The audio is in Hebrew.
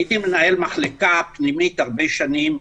הייתי מנהל מחלקה פנימית הרבה שנים.